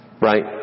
Right